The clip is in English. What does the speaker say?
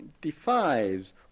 defies